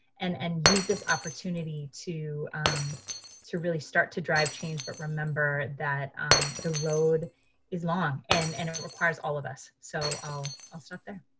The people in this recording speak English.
and and use this opportunity to to really start to drive change but remember that the road is long and and it requires all of us. so i'll i'll stop there.